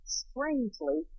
strangely